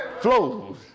flows